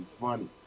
funny